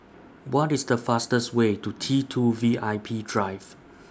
What IS The fastest Way to T two V I P Drive